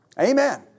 Amen